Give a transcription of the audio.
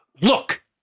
Look